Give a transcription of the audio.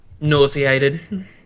Nauseated